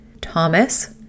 Thomas